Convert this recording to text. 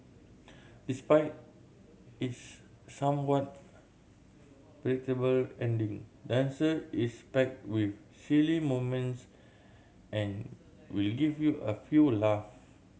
despite its somewhat predictable ending dancer is packed with silly moments and will give you a few laugh